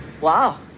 Wow